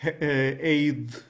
aid